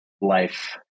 life